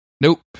Nope